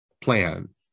plan